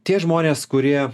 tie žmonės kurie